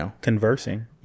Conversing